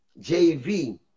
JV